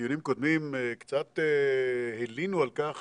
בדיונים קודמים, קצת הלינו על כך